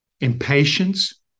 impatience